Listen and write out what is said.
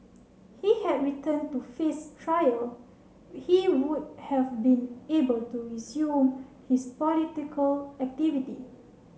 he had return to face trial he would have been able to resume his political activity